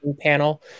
panel